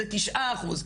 זה 9 אחוז,